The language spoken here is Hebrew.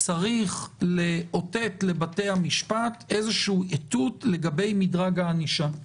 צריך לאותת לבתי המשפט איזשהו איתות לגבי מדרג הענישה.